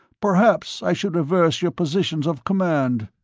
perhaps i should reverse your positions of command.